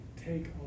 take